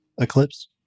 Eclipse